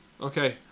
Okay